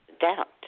doubt